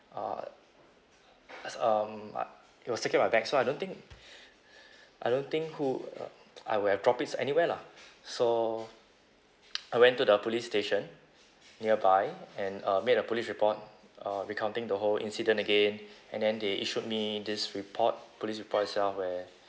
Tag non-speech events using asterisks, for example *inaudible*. uh as um uh it was secured in my bag so I don't think *breath* I don't think who uh *noise* I would have dropped anywhere lah so *noise* I went to the police station nearby and uh made a police report uh recounting the whole incident again and then they issued me this report police report itself where